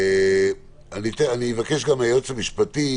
אני אבקש גם מהיועץ המשפטי